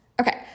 Okay